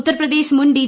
ഉത്തർപ്രദേശ് മുൻ ഡി